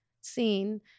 seen